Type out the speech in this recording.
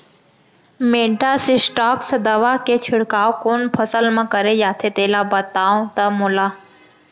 Metasystox दवा के छिड़काव कोन फसल म करे जाथे तेला बताओ त मोला?